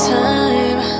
time